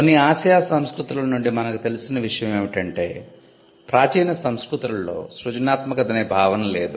కొన్ని ఆసియా సంస్కృతుల నుండి మనకు తెలిసిన విషయం ఏమిటంటే ప్రాచీన సంస్కృతులలో సృజనాత్మకత అనే భావన లేదు